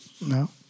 No